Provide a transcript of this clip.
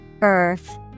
Earth